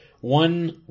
One